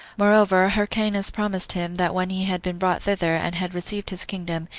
moreover, hyrcanus promised him, that when he had been brought thither, and had received his kingdom,